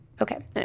Okay